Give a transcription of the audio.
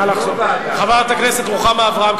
חברת הכנסת רוחמה אברהם,